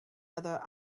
other